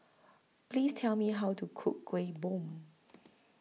Please Tell Me How to Cook Kueh Bom